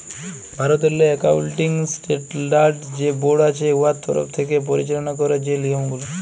ভারতেরলে accounting standard যে board আছে উয়ার তরফ থ্যাকে পরিচাললা ক্যারে যে লিয়মগুলা